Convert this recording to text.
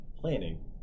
planning